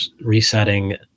resetting